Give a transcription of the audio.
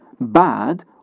bad